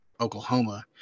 oklahoma